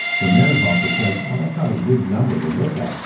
the mayor's office as well that's not a good number to look at.